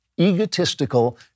egotistical